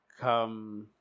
come